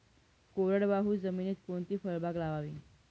कोरडवाहू जमिनीत कोणती फळबाग लावावी?